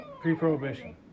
Pre-prohibition